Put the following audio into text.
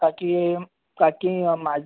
काकीम् काकी माझं